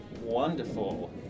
Wonderful